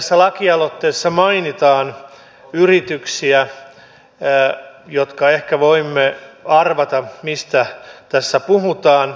tässä lakialoitteessa mainitaan yrityksiä ja ehkä voimme arvata mistä tässä puhutaan